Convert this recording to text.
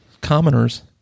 commoners